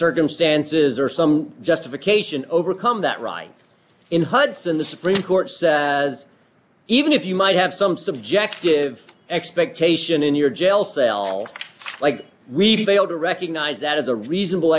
circumstances or some justification overcome that right in hudson the supreme court has even if you might have some subjective expectation in your jail cell like we've failed to recognise that is a reasonable